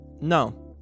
no